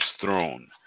throne